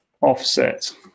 offset